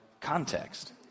context